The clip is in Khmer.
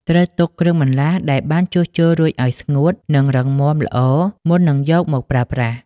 ត្រូវទុកគ្រឿងបន្លាស់ដែលបានជួសជុលរួចឲ្យស្ងួត និងរឹងមាំល្អមុននឹងយកមកប្រើប្រាស់។